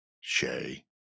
Shay